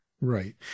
Right